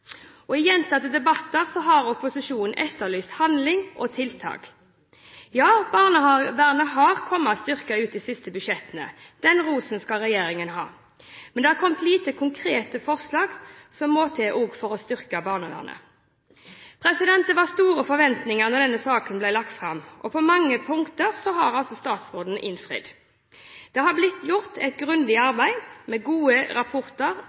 krise. I gjentatte debatter har opposisjonen etterlyst handling og tiltak. Ja, barnevernet har kommet styrket ut i de siste budsjettene, den rosen skal regjeringen ha, men det har kommet få konkrete forslag som også må til for å styrke barnevernet. Det var store forventinger da denne saken ble lagt fram, og på mange punkter har statsråden innfridd. Det er blitt gjort et grundig arbeid med gode rapporter,